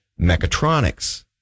mechatronics